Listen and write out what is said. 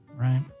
Right